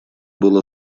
был